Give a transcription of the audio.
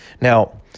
Now